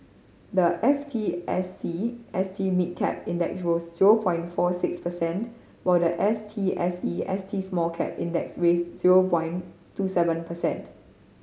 the F T S E S T Mid Cap Index rose zero point four six percent while the S T S E S T Small Cap Index with zero point two seven percent